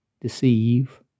deceive